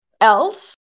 else